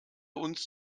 uns